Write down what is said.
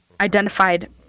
identified